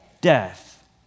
Death